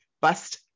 bust